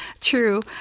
True